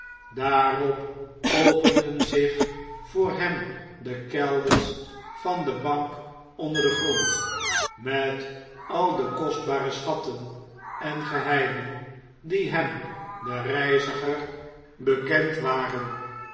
daarop openden zich voor hem de kelders van de bank onder den grond met al de kostbare schatten en geheimen die hem den reiziger bekend waren